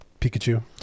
Pikachu